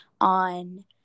on